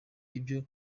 ibyo